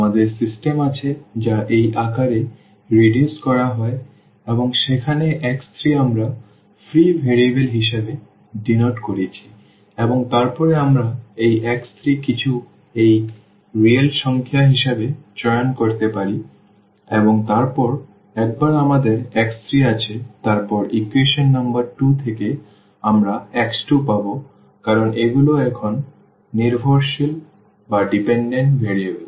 আমাদের সিস্টেম আছে যা এই আকারে রিডিউস করা হয় এবং যেখানে x3 আমরা ফ্রি ভেরিয়েবল হিসাবে ডিনোট করেছি এবং তারপরে আমরা এই x3 কিছু একটি রিয়েল সংখ্যা হিসাবে চয়ন করতে পারি এবং তারপর একবার আমাদের x3 আছে তারপর ইকুয়েশন নম্বর 2 থেকে আমরা x2 পাব কারণ এগুলি এখন নির্ভরশীল ভেরিয়েবল